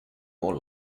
more